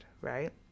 right